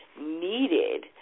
needed